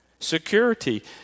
security